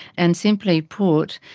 and simply put,